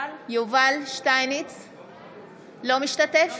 לא משתתף